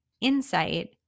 insight